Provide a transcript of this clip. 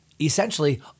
essentially